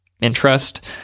interest